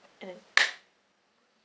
and